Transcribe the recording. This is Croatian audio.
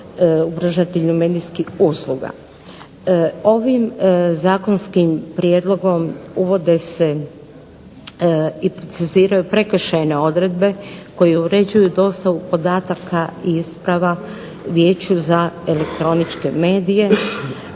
pružatelju medijskih usluga. Ovim zakonskim prijedlogom uvode se i preciziraju prekršajne odredbe koje uređuju dostavu podataka i isprava Vijeću za elektroničke medije.